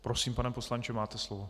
Prosím, pane poslanče, máte slovo.